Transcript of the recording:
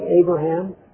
Abraham